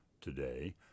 today